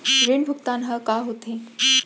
ऋण भुगतान ह का होथे?